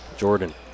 Jordan